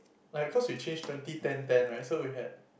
like cause we change twenty ten ten right so we had